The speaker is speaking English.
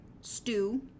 Stew